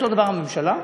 ואותו הדבר, הממשלה.